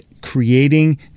creating